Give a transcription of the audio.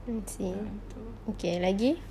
I see okay lagi